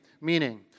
meaning